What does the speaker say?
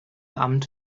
amt